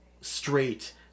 straight